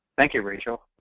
thank you, rachel,